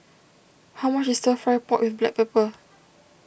how much is Stir Fry Pork with Black Pepper